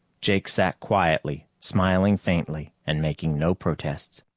jake sat quietly, smiling faintly, and making no protests.